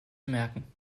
merken